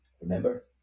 remember